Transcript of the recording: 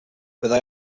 byddai